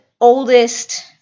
oldest